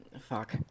Fuck